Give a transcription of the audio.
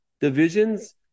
divisions